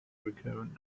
recurrent